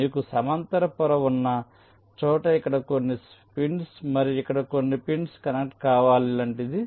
మీకు సమాంతర పొర ఉన్న చోట ఇక్కడ కొన్ని పిన్స్ మరియు ఇక్కడ కొన్ని పిన్స్ కనెక్ట్ కావాలి లాంటిది